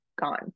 gone